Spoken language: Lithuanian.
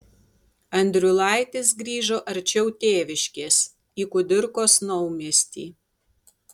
andriulaitis grįžo arčiau tėviškės į kudirkos naumiestį